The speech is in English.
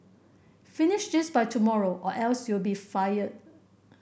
finish this by tomorrow or else you'll be fired